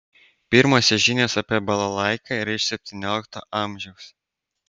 pirmosios žinios apie balalaiką yra iš septyniolikto amžiaus